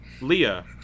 Leah